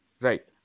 Right